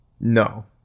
no